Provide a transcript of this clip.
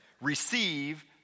receive